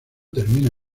termina